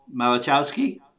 Malachowski